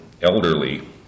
elderly